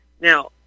Now